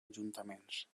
ajuntaments